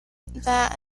that